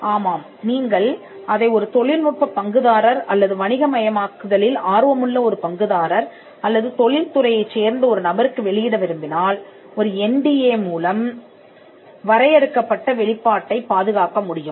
ஆனால் நீங்கள் அதை ஒரு தொழில்நுட்பப் பங்குதாரர் அல்லது வணிக மையமாக்குதலில் ஆர்வமுள்ள ஒரு பங்குதாரர் அல்லது தொழில் துறையைச் சேர்ந்த ஒரு நபருக்கு வெளியிட விரும்பினால் ஒரு என் டி ஏ மூலம் வரையறுக்கப்பட்ட வெளிப்பாட்டைப் பாதுகாக்க முடியும்